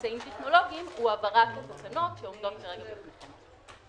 באמצעים טכנולוגיים הוא העברת התקנות שעומדות כרגע בפניכם.